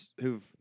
who've